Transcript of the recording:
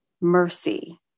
mercy